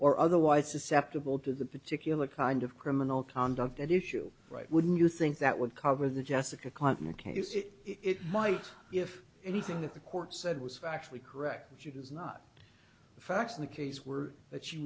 or otherwise susceptible to the particular kind of criminal conduct at issue right wouldn't you think that would cover the jessica clinton case it might if anything that the court said was factually correct which it is not the facts of the case were that she